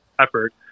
effort